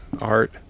art